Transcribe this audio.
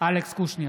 אלכס קושניר,